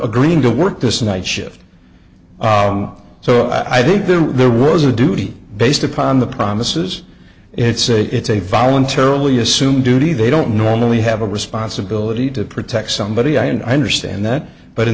agreeing to work this night shift so i think there was a duty based upon the promises it's a it's a voluntarily assume duty they don't normally have a responsibility to protect somebody i don't understand that but in